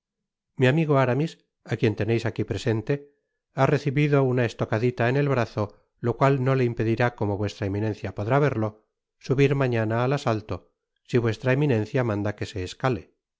mi amigo aramis á quien teneis aqui presente ha recibido una estocadila en el brazo lo cual no le impedirá como vuestra eminencia podrá verlo subir mañana al asalta si vuestra eminencia manda que se escale